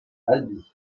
albi